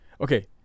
okay